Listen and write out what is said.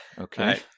Okay